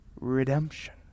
redemption